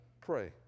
pray